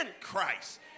Christ